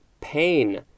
pain